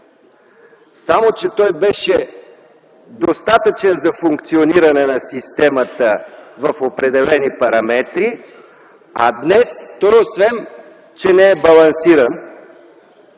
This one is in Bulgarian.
само че беше достатъчен за функциониране на системата в определени параметри, а днес освен че той не е балансиран,